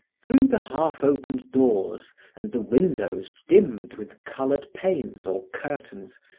through the half-opened doors and the windows dimmed with colored panes or curtains,